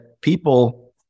people